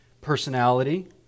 personality